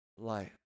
life